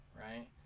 right